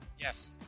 Yes